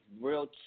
real